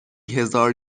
هزار